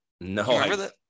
No